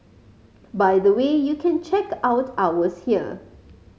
by the way you can check out ours here